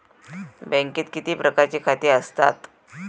बँकेत किती प्रकारची खाती आसतात?